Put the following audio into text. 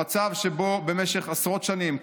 המצב שבו במשך עשרות שנים,